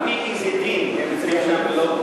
על-פי איזה דין הם נמצאים שם,